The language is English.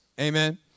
Amen